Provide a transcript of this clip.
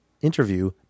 interview